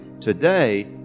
today